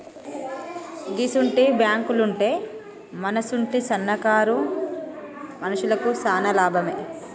గిసుంటి బాంకులుంటే మనసుంటి సన్నకారు మనుషులకు శాన లాభమే